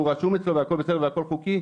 והוא רשום אצלו והכל בסדר והכל חוקי.